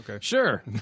Sure